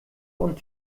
und